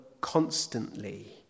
constantly